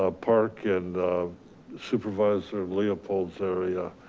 ah park in supervisor leopold's area.